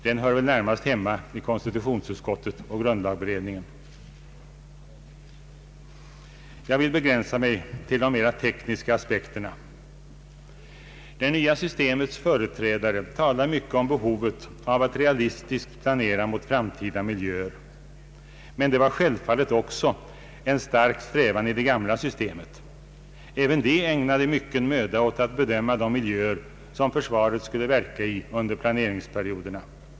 Den hör väl närmast hemma i konstitutionsutskottet och grundlag beredningen. Jag vill begränsa mig till de mera tekniska aspekterna. Det nya systemets företrädare talar mycket om behovet av att realistiskt planera mot framtida miljöer. Men det var självfallet också en stark strävan i det gamla systemet. även då ägnades mycken möda åt att bedöma de miljöer som försvaret skulle verka i under planeringsperioderna.